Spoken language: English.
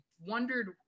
wondered